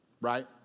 right